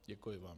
Děkuji vám.